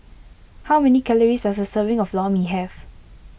how many calories does a serving of Lor Mee have